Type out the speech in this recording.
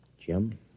Jim